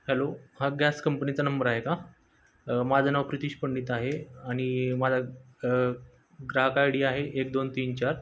hello हा gas कंपनीचा number आहे का माझं नाव प्रितीश पंडित आहे आणि माझा ग्राहक आय डी आहे एक दोन तीन चार